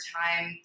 time